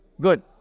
Good